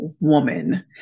woman